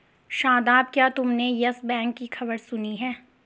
शादाब, क्या तुमने Yes Bank की खबर सुनी है?